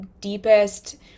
deepest